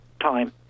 time